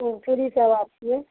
हूँ फ्री सेवा छियै